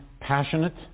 passionate